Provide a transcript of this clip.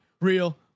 Real